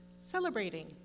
celebrating